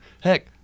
Heck